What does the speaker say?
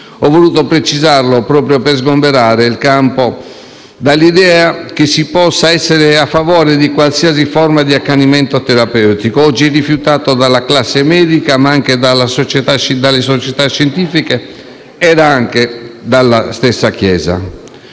Ho voluto precisarlo proprio per sgombrare il campo dall'idea che si possa essere a favore di qualsiasi forma di accanimento terapeutico, oggi rifiutato dalla classe medica ma anche dalle società scientifiche e anche dalla stessa Chiesa.